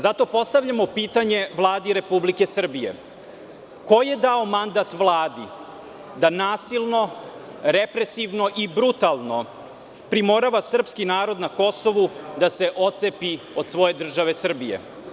Zato postavljamo pitanje Vladi Republike Srbije – ko je dao mandat Vladi da nasilno, represivno i brutalno primorava srpski narod na Kosovu da se otcepi od svoje države Srbije?